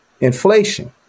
inflation